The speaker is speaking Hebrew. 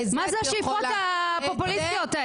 מה זה השאיפות הפופוליסטיות האלו?